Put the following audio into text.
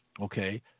okay